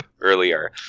earlier